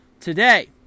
today